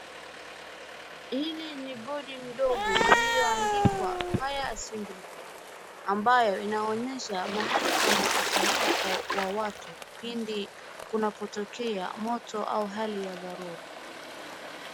Hili ni bodi ndogo iliyoandikwa fire aseembly point ambayo inaonyesha mahali pa makusanyiko wa watu pindi kunapotokea moto au hali ya dharura.